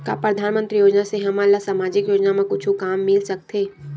का परधानमंतरी योजना से हमन ला सामजिक योजना मा कुछु काम मिल सकत हे?